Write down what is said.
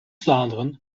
vlaanderen